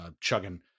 chugging